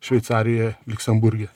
šveicarijoje liuksemburge